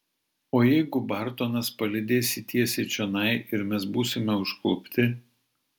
o jeigu bartonas palydės jį tiesiai čionai ir mes būsime užklupti